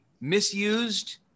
misused